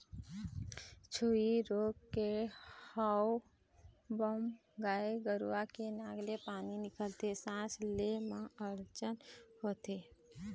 छई रोग के होवब म गाय गरु के नाक ले पानी निकलथे, सांस ले म अड़चन होथे